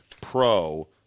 Pro